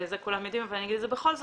את זה כולם יודעים ואני אגיד את זה בכל זאת,